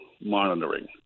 monitoring